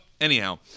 anyhow